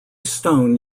stone